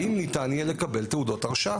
האם ניתן יהיה לקבל תעודות הרשאה?